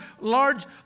large